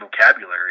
vocabulary